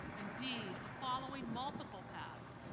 indeed of following multiple paths